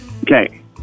Okay